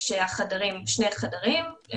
שני חדרים,